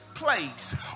place